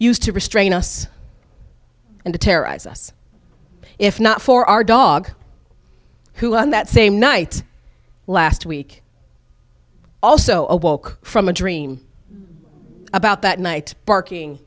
use to restrain us and to terrorize us if not for our dog who on that same night last week also awoke from a dream about that night barking